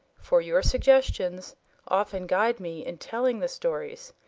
for your suggestions often guide me in telling the stories,